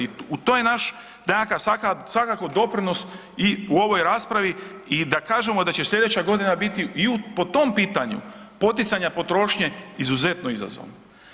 I to je naš nekako svakako doprinos i u ovoj raspravi i da kažemo da će slijedeća godina biti i po tom pitanju poticanja potrošnje izuzetno izazovna.